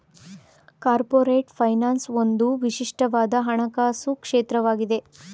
corporate finance ಒಂದು ವಿಶಿಷ್ಟವಾದ ಹಣಕಾಸು ಕ್ಷೇತ್ರವಾಗಿದೆ